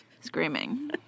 screaming